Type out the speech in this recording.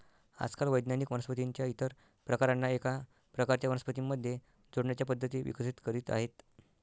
आजकाल वैज्ञानिक वनस्पतीं च्या इतर प्रकारांना एका प्रकारच्या वनस्पतीं मध्ये जोडण्याच्या पद्धती विकसित करीत आहेत